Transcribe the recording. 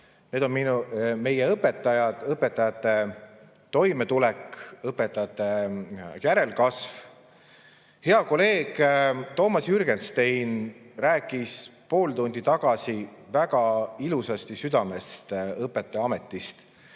õpetajad, õpetajate toimetulek, õpetajate järelkasv. Hea kolleeg Toomas Jürgenstein rääkis pool tundi tagasi väga ilusasti, südamest õpetajaametist